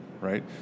right